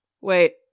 Wait